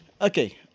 Okay